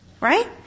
right